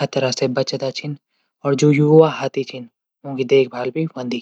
खतरा से बचदा छन। और जू युवा हाथी छन ऊंकी देखभाल भी हूंदी